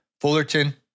Fullerton